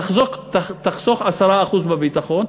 תחסוך 10% בביטחון,